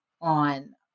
on